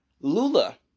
Lula